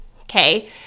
Okay